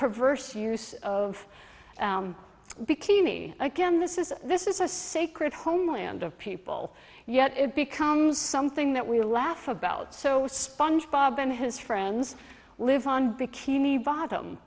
perverse use of bikini again this is this is a sacred homeland of people yet it becomes something that we laugh about so sponge bob and his friends live on bikini b